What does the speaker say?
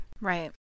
Right